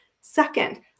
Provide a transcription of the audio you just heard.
Second